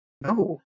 No